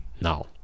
now